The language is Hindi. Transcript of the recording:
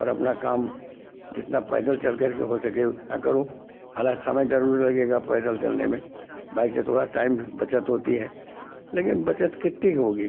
और अपना काम जितना पैदल चल करके हो सके उतना करो हालांकि समय जरूर लगेगा पैदल चलने में बाइक से थोड़ा टाइम बचत होती है लेकिन बचत कितनी होगी